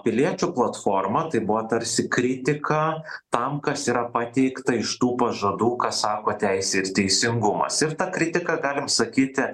piliečių platforma tai buvo tarsi kritika tam kas yra pateikta iš tų pažadų ką sako teisė ir teisingumas ir ta kritika galim sakyti